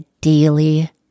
daily